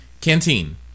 Canteen